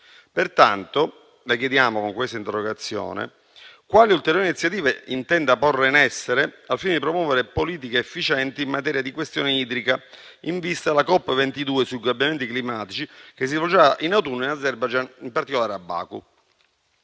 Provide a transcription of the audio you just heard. Pertanto, le chiediamo con questa interrogazione quali ulteriori iniziative intenda porre in essere al fine di promuovere politiche efficienti in materia di questione idrica, in vista della COP29 sui cambiamenti climatici, che si svolgerà in autunno in Azerbaijan, in particolare a Baku.